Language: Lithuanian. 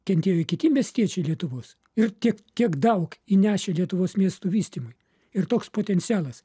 kentėjo kiti miestiečiai lietuvos ir tiek tiek daug įnešę lietuvos miestų vystymui ir toks potencialas